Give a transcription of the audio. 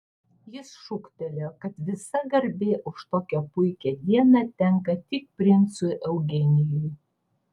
jis šūktelėjo kad visa garbė už tokią puikią dieną tenka tik princui eugenijui